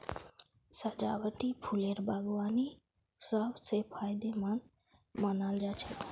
सजावटी फूलेर बागवानी सब स फायदेमंद मानाल जा छेक